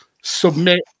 submit